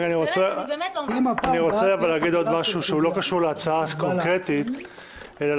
אני רוצה להגיד עוד משהו שהוא לא קשור להצעה הקונקרטית ולתפיסה.